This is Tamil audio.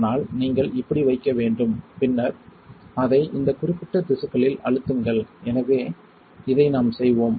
ஆனால் நீங்கள் இப்படி வைக்க வேண்டும் பின்னர் அதை இந்த குறிப்பிட்ட திசுக்களில் அழுத்துங்கள் எனவே இதை நாம் செய்வோம்